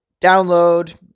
download